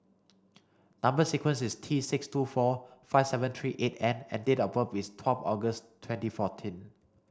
number sequence is T six two four five seven three eight N and date of birth is twelve August twenty fourteen